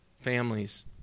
families